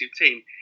team